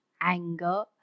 anger